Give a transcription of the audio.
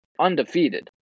undefeated